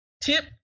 Tip